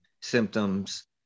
symptoms